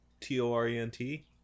T-O-R-E-N-T